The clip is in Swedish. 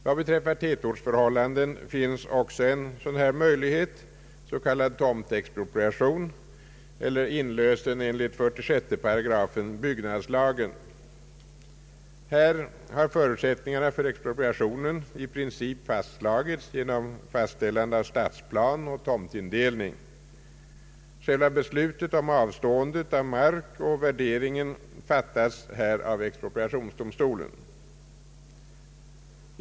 Vad beräffar tätortsförhållanden finns också en dylik möjlighet, s.k. tomtexpropriation eller inlösen enligt 46 § byggnadslagen. Här har förutsättningarna för expropriationen i princip fastslagits genom fastställande av stadsplan och tomtindelning. Själva beslutet om avstående av mark och värdering fattas här av expropriationsdomstolen.